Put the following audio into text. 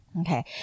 okay